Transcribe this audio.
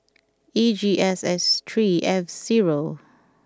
E G S S three F zero